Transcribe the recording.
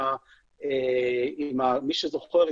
מי שזוכר,